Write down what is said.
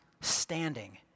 standing